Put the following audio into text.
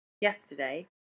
yesterday